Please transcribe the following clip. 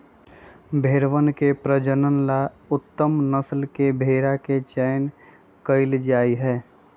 भेंड़वन के प्रजनन ला उत्तम नस्ल के भेंड़ा के चयन कइल जाहई